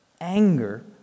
Anger